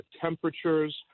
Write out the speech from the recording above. temperatures